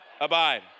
Abide